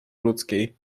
ludzkiej